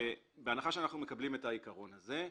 בהנחה שאנחנו מקבלים את העיקרון הזה,